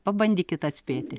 pabandykit atspėti